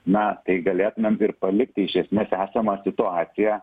na tai galėtumėm ir palikti iš esmės esamą situaciją